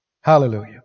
Hallelujah